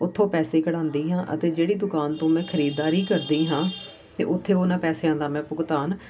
ਉੱਥੋਂ ਪੈਸੇ ਕਢਵਾਉਂਦੀ ਹਾਂ ਅਤੇ ਜਿਹੜੀ ਦੁਕਾਨ ਤੋਂ ਮੈਂ ਖਰੀਦਦਾਰੀ ਕਰਦੀ ਹਾਂ ਤਾਂ ਉੱਥੇ ਉਹਨਾਂ ਪੈਸਿਆਂ ਦਾ ਮੈਂ ਭੁਗਤਾਨ